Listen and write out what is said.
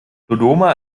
dodoma